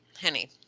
Henny